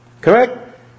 correct